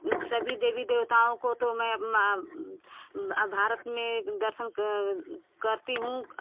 सभी देवी देवताओं को तो मैं भारत में दर्शन करती हूँ